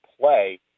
play